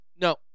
No